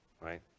Right